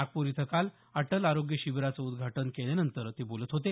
नागपूर इथं काल अटल आरोग्य शिबिराचं उद्घाटन केल्यानंतर ते बोलत होते